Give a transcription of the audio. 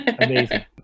Amazing